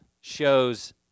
Shows